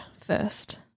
first